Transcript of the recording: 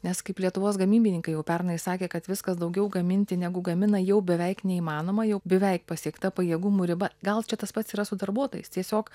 nes kaip lietuvos gamybininkai jau pernai sakė kad viskas daugiau gaminti negu gamina jau beveik neįmanoma jau beveik pasiekta pajėgumų riba gal čia tas pats yra su darbuotojais tiesiog